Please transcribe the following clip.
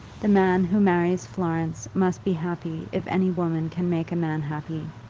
the man who marries florence must be happy if any woman can make a man happy.